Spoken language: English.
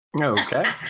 Okay